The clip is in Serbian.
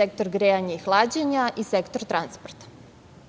sektor grejanja i hlađenja i sektor transporta. Ciljevi